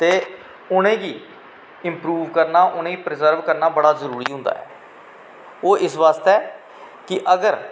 ते उनेंगी इंप्रूव करना उनेंगी प्रज़र्व करनां बड़ा जरूरी होंदी ऐ ओह् इस बास्तै कि अगर